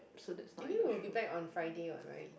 anyway we'll be back on Friday what right